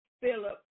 Philip